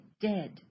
dead